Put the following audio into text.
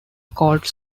called